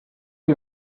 you